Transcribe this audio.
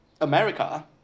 America